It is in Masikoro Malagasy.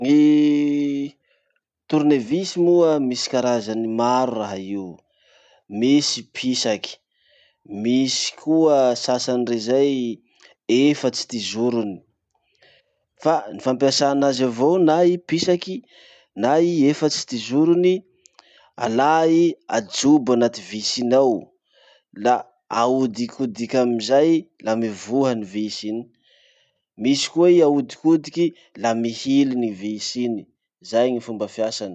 Gny tournevis moa misy karazany maro raha io. Misy pisaky, misy koa sasany rey zay efatsy ty zorony, fa ny fampiasa anazy avao na i pisaky, na i efatsy ty zorony, alà i ajobo anaty vis iny ao, là aodikodiky amizay la mivoha ny vis iny. Misy koa i ahodikodiky, la mihidy ny vis iny. Zay gny fomba fiasany.